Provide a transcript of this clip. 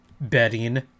betting